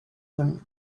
him